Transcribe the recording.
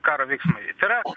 karo veiksmai tai yra